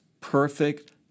perfect